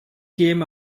came